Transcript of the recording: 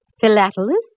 Philatelist